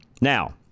Now